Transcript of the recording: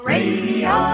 Radio